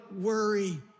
worry